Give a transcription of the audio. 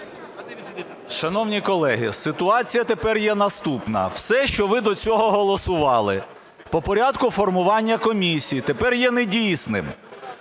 Шановні колеги, ситуація тепер є наступна. Все, що ви до цього голосували по порядку формування комісії, тепер є недійсним,